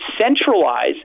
centralize